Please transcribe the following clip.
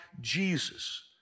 Jesus